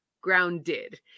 grounded